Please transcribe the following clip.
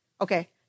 Okay